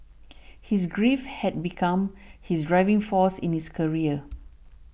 his grief had become his driving force in his career